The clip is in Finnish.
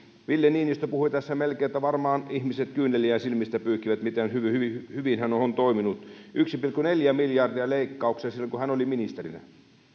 ville niinistö puhui tässä melkein niin että varmaan ihmiset kyyneliä silmistä pyyhkivät miten hyvin hyvin hän on toiminut yksi pilkku neljä miljardia leikkauksia silloin kun hän oli ministerinä